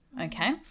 Okay